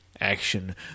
action